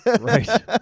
Right